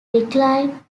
decline